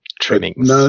trimmings